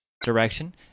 Direction